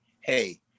hey